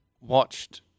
watched